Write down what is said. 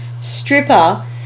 stripper